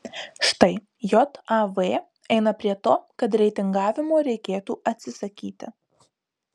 štai jav eina prie to kad reitingavimo reikėtų atsisakyti